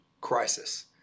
crisis